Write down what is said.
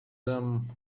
them